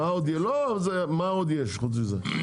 מה עוד יש חוץ מזה?